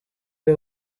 ari